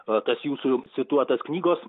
va tas jūsų cituotas knygos